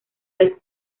vez